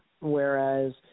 Whereas